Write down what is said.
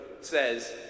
says